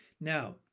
Now